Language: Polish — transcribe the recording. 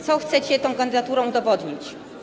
Co chcecie tą kandydaturą udowodnić?